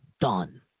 Done